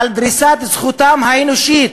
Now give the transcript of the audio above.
על דריסת זכותם האנושית,